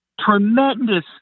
tremendous